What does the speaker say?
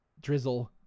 drizzle